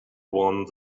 one